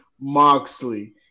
Moxley